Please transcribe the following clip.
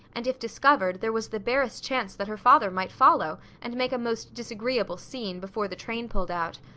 and if discovered, there was the barest chance that her father might follow, and make a most disagreeable scene, before the train pulled out.